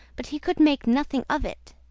but he could make nothing of it.